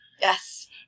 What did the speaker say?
Yes